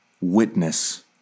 witness